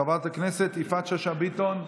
חברת הכנסת יפעת שאשא ביטון,